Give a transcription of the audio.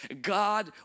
God